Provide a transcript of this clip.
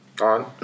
On